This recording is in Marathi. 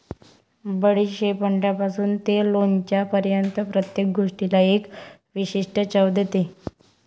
बडीशेप अंड्यापासून ते लोणच्यापर्यंत प्रत्येक गोष्टीला एक विशिष्ट चव देते